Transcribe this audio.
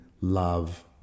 love